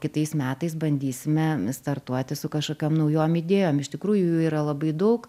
kitais metais bandysime startuoti su kažkokiom naujuom idėjom iš tikrųjų jų yra labai daug